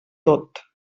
tot